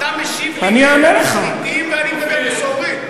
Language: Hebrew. אתה משיב לי בחטים ואני מדבר בשעורים.